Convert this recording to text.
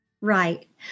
Right